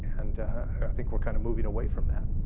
and i think we're kind of moving away from that.